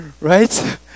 right